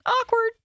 Awkward